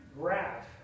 graph